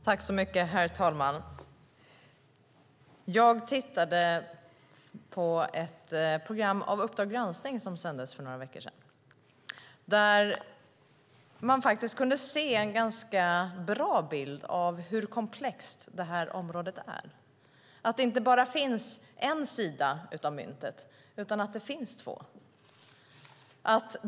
Herr talman! Jag tittade på Uppdrag granskning, ett program som sändes för några veckor sedan. Där kunde man faktiskt se en ganska bra bild av hur komplext det här området är, att det inte bara finns en sida av myntet utan att det finns två.